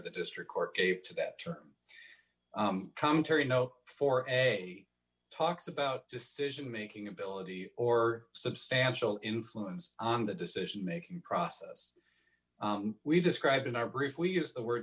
the district court gave to that term commentary no for a talks about decision making ability or substantial influence on the decision making process we describe in our brief we use the word